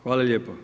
Hvala lijepo.